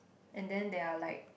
and then there are like